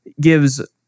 gives